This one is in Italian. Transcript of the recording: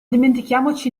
dimentichiamoci